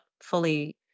fully